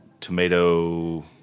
Tomato